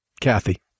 Kathy